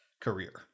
career